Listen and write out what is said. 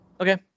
Okay